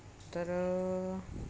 तर